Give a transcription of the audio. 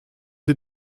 sie